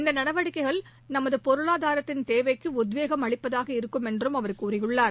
இந்த நடவடிக்கைகள் நமது பொருளாதாரத்தின் தேவைக்கு உத்வேகம் அளிப்பதாக இருக்கும் என்றும் அவர் கூறியுள்ளார்